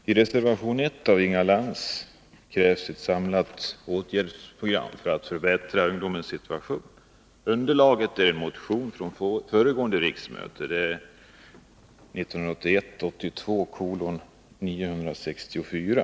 Fru talman! I reservation 1 av Inga Lantz krävs ett samlat åtgärdsprogram för att förbättra ungdomens situation. Underlaget är en motion från föregående riksmöte, nämligen motion 1981/82:964.